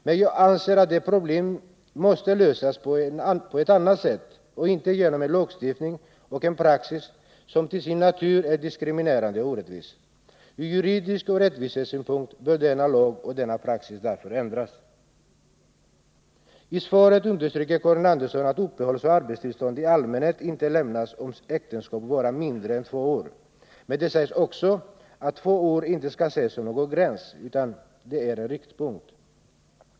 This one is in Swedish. Men jag anser att det problemet måste lösas på ett annat sätt, inte genom en lagstiftning och en praxis som till sin natur är diskriminerande och orättvis. Ur juridisk synpunkt och ur rättvisesynpunkt bör denna lag och denna praxis ändras. I svaret understryker Karin Andersson att uppehållsoch arbetstillstånd i allmänhet inte lämnas om äktenskapet varat mindre än två år. Men det sägs också att två år inte skall ses som någon gräns utan är en riktpunkt.